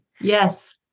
Yes